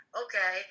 okay